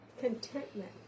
Contentment